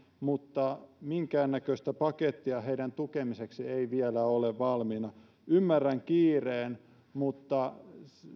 mutta minkäännäköistä pakettia heidän tukemisekseen ei vielä ole valmiina ymmärrän kiireen mutta